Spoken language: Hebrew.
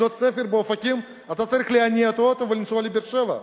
לקנות ספר באופקים אתה צריך להניע את האוטו ולנסוע לבאר-שבע,